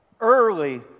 Early